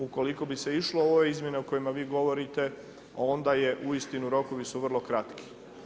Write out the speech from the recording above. Ukoliko bi se išlo o ovim izmjenama o kojima vi govorite, onda je uistinu, rokovi su vrlo kratki.